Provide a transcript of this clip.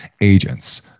agents